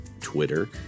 Twitter